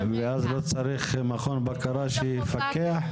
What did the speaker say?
מעל זה לא צריך מכון בקרה שיפקח?